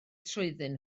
trwyddyn